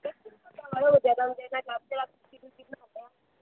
मड़ो